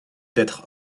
d’être